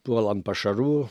puola ant pašarų